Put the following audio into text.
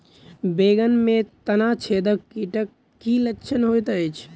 बैंगन मे तना छेदक कीटक की लक्षण होइत अछि?